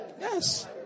Yes